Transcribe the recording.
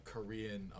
Korean